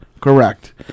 Correct